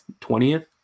20th